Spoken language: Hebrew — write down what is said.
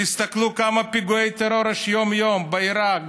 תסתכלו כמה פיגועי טרור יש יום-יום באיראן,